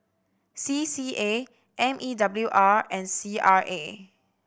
C C A M E W R and C R A